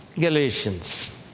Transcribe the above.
Galatians